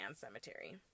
Cemetery